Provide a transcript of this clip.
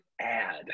add